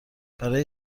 برای